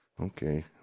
Okay